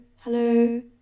hello